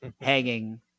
hanging